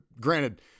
Granted